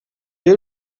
you